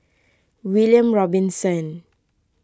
William Robinson